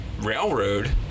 railroad